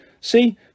See